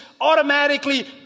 automatically